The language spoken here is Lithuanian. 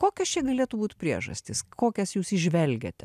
kokios čia galėtų būt priežastys kokias jūs įžvelgiate